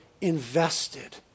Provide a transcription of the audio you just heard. Invested